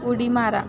उडी मारा